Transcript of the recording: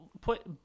put